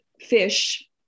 fish